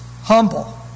humble